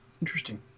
Interesting